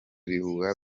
bihuha